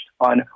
on